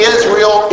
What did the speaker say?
Israel